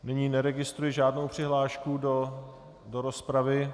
Nyní neregistruji žádnou přihlášku do rozpravy.